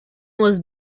was